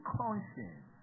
conscience